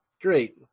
great